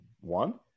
One